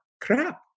Crap